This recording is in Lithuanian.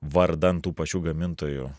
vardan tų pačių gamintojų